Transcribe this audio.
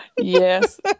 Yes